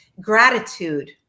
gratitude